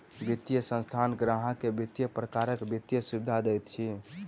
वित्तीय संस्थान ग्राहक के विभिन्न प्रकारक वित्तीय सुविधा दैत अछि